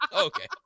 okay